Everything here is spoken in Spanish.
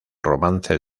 romance